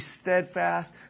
steadfast